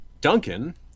Duncan